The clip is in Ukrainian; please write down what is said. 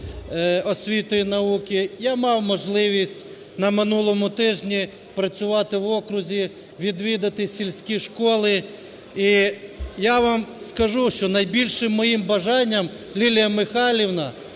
освіти і науки. Я мав можливість на минулому тижні працювати в окрузі, відвідати сільські школи. І я вам скажу, що найбільшим моїм бажанням, Лілія Михайлівна,